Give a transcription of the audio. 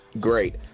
great